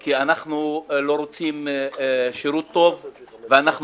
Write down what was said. כי אנחנו לא רוצים שירות טוב ואנחנו